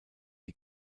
die